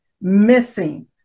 missing